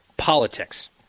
politics